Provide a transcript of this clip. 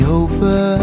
over